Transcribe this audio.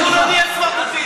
אנחנו לא נהיה סמרטוטים.